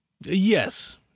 yes